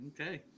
Okay